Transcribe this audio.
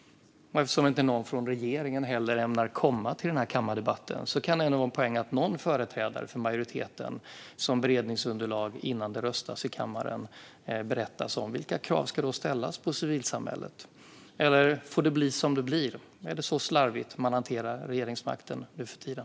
Eftersom inte någon från regeringen ämnar komma till kammardebatten kan det vara en poäng i att någon företrädare från majoriteten ger oss ett beredningsunderlag innan det röstas i kammaren. Berätta vilka krav som ska ställas på civilsamhället! Eller får det bli som det blir? Är det så slarvigt man hanterar regeringsmakten nu för tiden?